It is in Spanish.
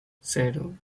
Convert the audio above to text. cero